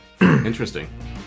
Interesting